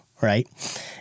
right